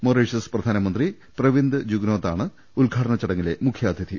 മൌറീ ഷ്യസ് പ്രധാനമന്ത്രി പ്രവിന്ദ് ജുഗ്നോത്താണ് ഉദ്ഘാടന ചടങ്ങിലെ മുഖ്യാതിഥി